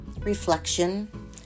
Reflection